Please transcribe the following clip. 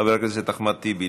חבר הכנסת אחמד טיבי,